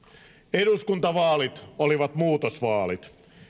eduskuntavaalit olivat muutosvaalit